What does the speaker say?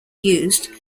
used